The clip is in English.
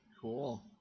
cool